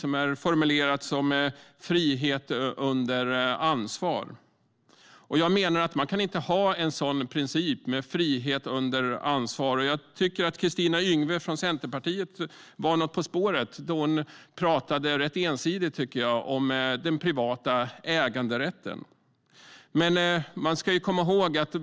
Man har formulerat det som frihet under ansvar. Jag menar att man inte kan ha en sådan princip. Jag tycker att Kristina Yngwe från Centerpartiet var något på spåret då hon talade rätt ensidigt om den privata äganderätten.